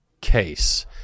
case